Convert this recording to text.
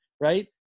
right